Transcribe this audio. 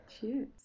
Cheers